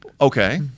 Okay